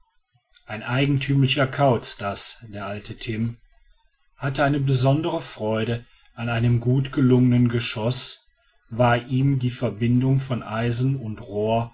ein eigentümlicher kauz das der alte timm hatte eine besondere freude an einem gut gelungenen geschoß war ihm die verbindung von eisen und rohr